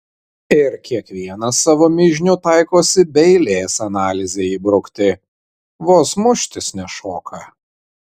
ir kiekvienas savo mižnių taikosi be eilės analizei įbrukti vos muštis nešoka